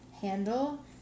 handle